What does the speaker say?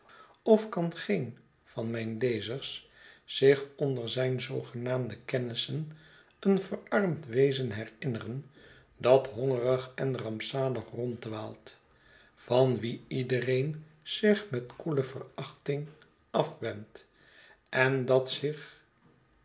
of kan geen van mijn lezers zich onder zijn zoogenaamde kennissen een verarmd wezen herinneren dat hongerig en rampzalig ronddwaalt van wien iedereen zich met koele verachting afwendt en dat zich